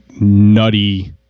nutty